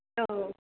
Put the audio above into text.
औ औ